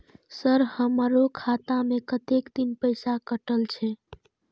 Sir हमारो खाता में कतेक दिन पैसा कटल छे?